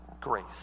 grace